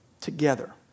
together